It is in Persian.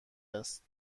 است